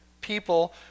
people